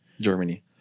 Germany